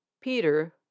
Peter